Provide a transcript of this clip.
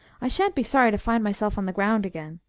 i shan't be sorry to find myself on the ground again.